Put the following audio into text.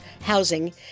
housing